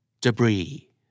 Debris